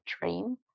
dream